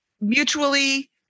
mutually